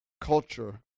culture